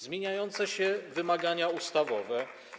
Zmieniające się wymagania ustawowe.